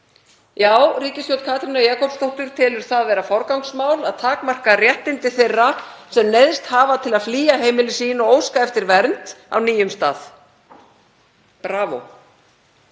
Já, ríkisstjórn Katrínar Jakobsdóttur telur það vera forgangsmál að takmarka réttindi þeirra sem neyðst hafa til að flýja heimili sín og óskað eftir vernd á nýjum stað. Bravó.